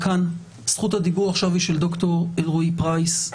יברקן, זכות הדיבור עכשיו היא של ד"ר אלרעי פרייס.